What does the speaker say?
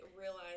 realize